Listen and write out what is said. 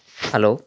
hello